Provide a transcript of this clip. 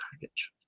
package